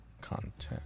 Content